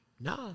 Nah